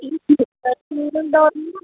ഈ ഇത് സിംഗിൾ ഡോറിനാണോ